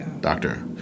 Doctor